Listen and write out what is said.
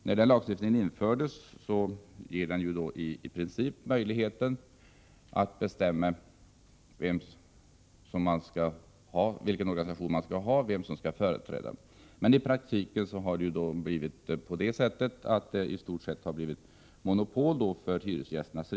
När den lagstiftningen infördes gav den i princip möjlighet för den enskilde att själv bestämma vilken organisation som skall företräda honom, meni praktiken har det blivit så att Hyresgästernas riksförbund i stort sett har fått monopol i det avseendet.